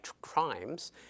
crimes